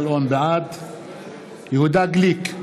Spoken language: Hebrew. בעד יהודה גליק,